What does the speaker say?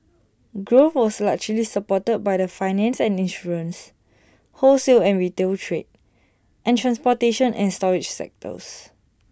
growth was largely supported by the finance and insurance wholesale and retail trade and transportation and storage sectors